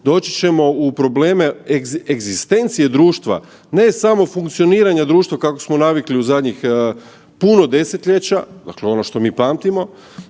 doći ćemo u probleme egzistencije društva, ne samo funkcioniranja društva kako smo navikli u zadnjih puno desetljeća, dakle ono što mi pamtimo,